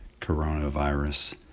coronavirus